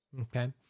Okay